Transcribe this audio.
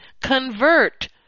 convert